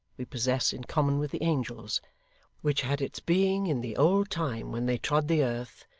we possess in common with the angels which had its being in the old time when they trod the earth,